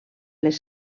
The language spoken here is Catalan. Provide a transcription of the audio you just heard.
les